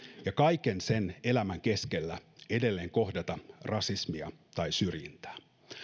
ja kaiken sen elämän keskellä edelleen kohdata rasismia tai syrjintää